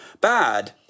bad